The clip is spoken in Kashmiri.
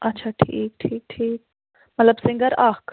اَچھا ٹھیٖک ٹھیٖک ٹھیٖک مطلب سِنٛگَر اَکھ